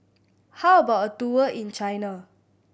how about a tour in China